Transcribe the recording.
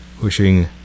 pushing